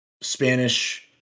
Spanish